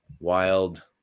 wild